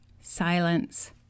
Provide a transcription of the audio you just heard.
Silence